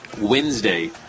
wednesday